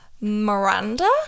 Miranda